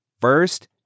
first